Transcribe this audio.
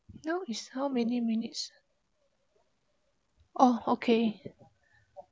now is how many minutes oh okay